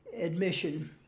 admission